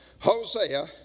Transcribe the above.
Hosea